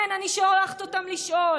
כן, אני שולחת אותם לשאול.